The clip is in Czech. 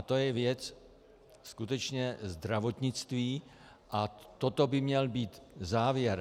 To je věc skutečně zdravotnictví a toto by měl být závěr.